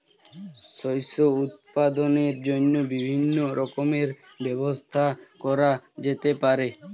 শস্য উৎপাদনের জন্য বিভিন্ন রকমের ব্যবস্থা করা যেতে পারে